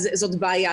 אז זאת בעיה.